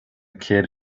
kid